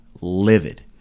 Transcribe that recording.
livid